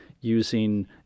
using